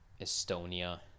Estonia